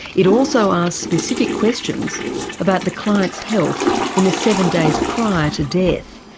it also asks specific questions about the client's health in the seven days prior to death.